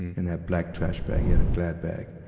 in that black trash bag. he had a glad bag.